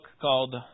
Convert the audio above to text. called